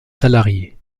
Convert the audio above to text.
salariés